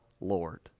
Lord